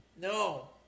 No